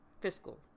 fiscal